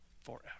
forever